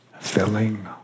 filling